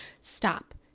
stop